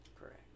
Correct